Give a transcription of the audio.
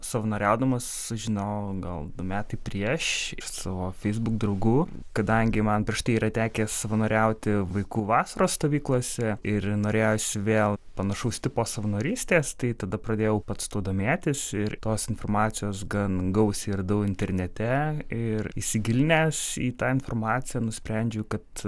savanoriaudamas sužinojau gal metai prieš iš savo facebook draugų kadangi man prieš tai yra tekę savanoriauti vaikų vasaros stovyklose ir norėjos vėl panašaus tipo savanorystės tai tada pradėjau pats tuo domėtis ir tos informacijos gan gausiai radau internete ir įsigilinęs į tą informaciją nusprendžiau kad